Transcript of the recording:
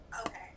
Okay